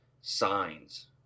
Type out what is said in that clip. signs